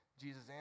Jesus